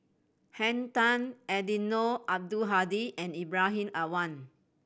Henn Tan Eddino Abdul Hadi and Ibrahim Awang